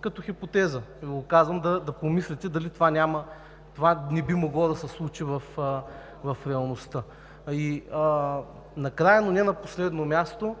като хипотеза, за да помислите дали това не би могло да се случи в реалността. Накрая, но не на последно място,